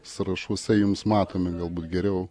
sąrašuose jums matomi galbūt geriau